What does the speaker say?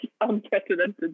unprecedented